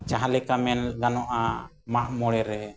ᱡᱟᱦᱟᱸᱞᱮᱠᱟ ᱢᱮᱱ ᱜᱟᱱᱚᱜᱼᱟ ᱢᱟᱜ ᱢᱚᱬᱮ ᱨᱮ